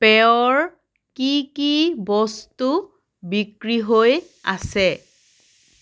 পেয়ৰ কি কি বস্তু বিক্ৰী হৈ আছে